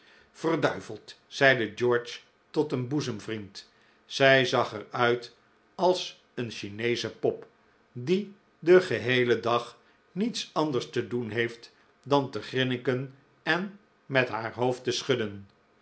verduiveld zeide george tot een boezemvriend zij zag er uit als een chineesche pop die den geheelen dag niets anders te doen heeft dan te grinniken en met haar hoofd te schudden